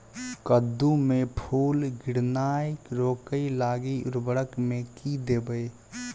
कद्दू मे फूल गिरनाय रोकय लागि उर्वरक मे की देबै?